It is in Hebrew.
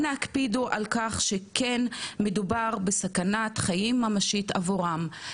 אנא הקפידו על כך שכן מדובר בסכנת חיים ממשית עבורם,